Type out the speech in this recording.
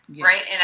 right